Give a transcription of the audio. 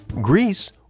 Greece